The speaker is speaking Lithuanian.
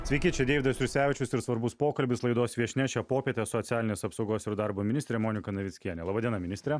sveiki čia deividas jursevičius ir svarbus pokalbis laidos viešnia šią popietę socialinės apsaugos ir darbo ministrė monika navickienė laba diena ministre